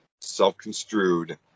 self-construed